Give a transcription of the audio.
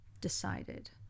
decided